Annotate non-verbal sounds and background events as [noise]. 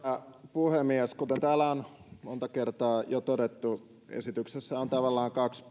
puhemies kuten täällä on monta kertaa jo todettu esityksessä on tavallaan kaksi [unintelligible]